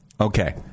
Okay